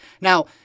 Now